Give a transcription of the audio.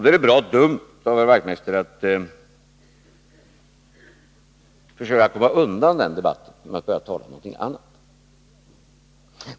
Då är det bra dumt av herr Wachtmeister att försöka komma undan den debatten genom att tala om någonting annat.